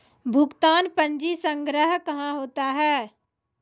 भुगतान पंजी संग्रह कहां होता हैं?